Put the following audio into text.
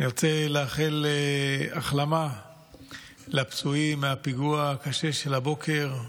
אני רוצה לאחל החלמה לפצועים מהפיגוע הקשה של הבוקר.